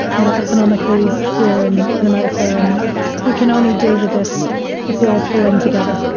you know, economically here in in america, and we can only deal with this if we all pull in together.